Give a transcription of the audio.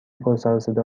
پرسرصدا